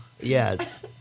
Yes